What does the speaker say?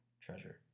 treasure